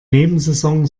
nebensaison